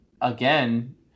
again